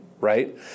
Right